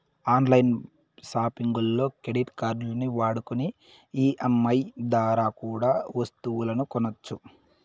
on line సాపింగుల్లో credit కార్డుల్ని వాడుకొని ఈ.ఎం.ఐ దోరా కూడా ఒస్తువులు కొనొచ్చు